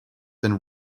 been